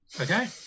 Okay